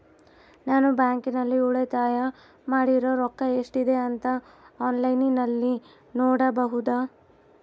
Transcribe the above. ನಾನು ಬ್ಯಾಂಕಿನಲ್ಲಿ ಉಳಿತಾಯ ಮಾಡಿರೋ ರೊಕ್ಕ ಎಷ್ಟಿದೆ ಅಂತಾ ಆನ್ಲೈನಿನಲ್ಲಿ ನೋಡಬಹುದಾ?